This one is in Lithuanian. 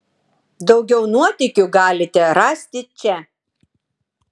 daugiau nuotykių galite rasti čia